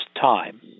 time